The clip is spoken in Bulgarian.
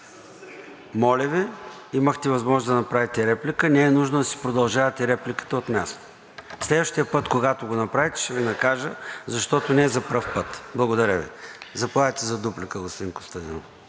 моля Ви, имахте възможност да направите реплика. Не е нужно да си продължавате репликата от място. Следващия път, когато го направите, ще Ви накажа, защото не е за пръв път. Благодаря Ви. Заповядайте за дуплика, господин Костадинов.